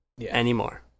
Anymore